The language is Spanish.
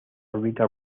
órbita